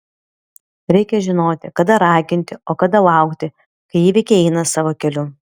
reikia žinoti kada raginti o kada laukti kai įvykiai eina savo keliu